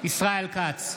ישראל כץ,